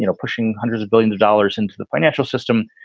you know pushing hundreds of billions of dollars into the financial system.